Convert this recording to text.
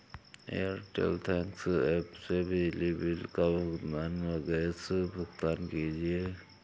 Airtel thanks app से बिजली bill का भुगतान व गैस भुगतान कीजिए